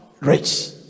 rich